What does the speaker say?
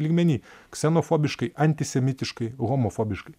lygmeny ksenofobiškai antisemitiškai homofobiškai